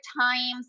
times